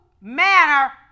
manner